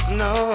no